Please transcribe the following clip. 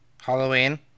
Halloween